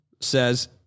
says